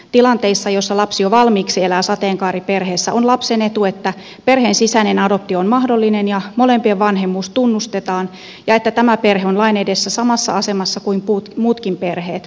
tilanteissa joissa lapsi jo valmiiksi elää sateenkaariperheessä on lapsen etu että perheen sisäinen adoptio on mahdollinen ja molempien vanhemmuus tunnustetaan ja että tämä perhe on lain edessä samassa asemassa kuin muutkin perheet